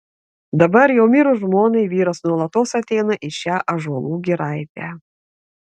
dabar jau mirus žmonai vyras nuolatos ateina į šią ąžuolų giraitę